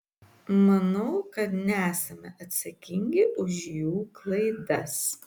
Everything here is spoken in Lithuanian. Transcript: manau kad nesame atsakingi už jų klaidas